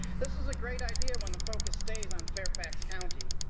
this is a great idea when the focus stays on fairfax county.